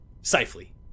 safely